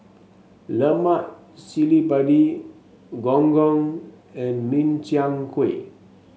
Lemak Cili Padi Gong Gong and Min Chiang Kueh